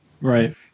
Right